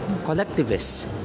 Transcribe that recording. collectivists